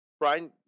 Brian